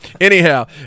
anyhow